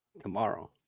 tomorrow